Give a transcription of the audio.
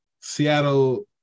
Seattle